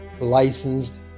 licensed